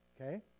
Okay